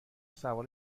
سوار